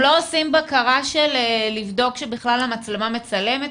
אתם לא עושים בקרה כדי לבדוק אם המצלמה מצלמת,